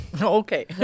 Okay